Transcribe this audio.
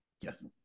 yes